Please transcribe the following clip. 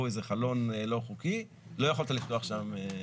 איזה חלון לא חוקי לא יכולת לפתוח שם עסק.